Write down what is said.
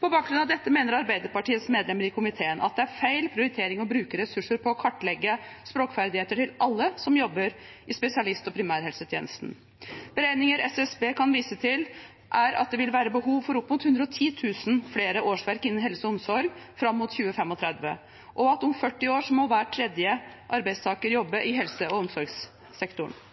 På bakgrunn av dette mener Arbeiderpartiets medlemmer i komiteen at det er feil prioritering å bruke ressurser på å kartlegge språkferdigheter til alle som jobber i spesialist- og primærhelsetjenesten. Beregninger fra SSB viser til at det vil være behov for opp mot 110 000 flere årsverk innen helse og omsorg fram mot 2035, og at om 40 år må hver tredje arbeidstaker jobbe i helse- og omsorgssektoren.